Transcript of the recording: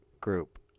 group